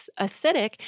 acidic